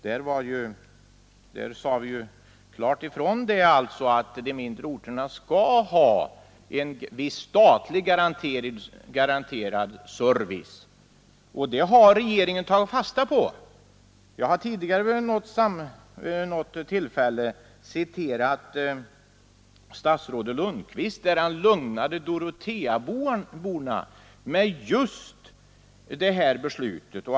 I riksdagsbeslutet sades klart ifrån att de mindre orterna skulle ha en viss statligt garanterad service. Det har regeringen också tagit fasta på. Jag har tidigare vid något tillfälle citerat statsrådet Lundkvist när han lugnade Doroteaborna med att tala om just det här beslutet.